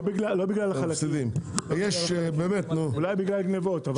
לא בגלל החלפים, אולי בגלל הגנבות.